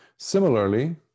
Similarly